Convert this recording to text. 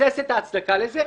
-- ולבסס את ההצדקה לזה,